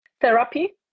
therapy